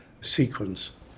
sequence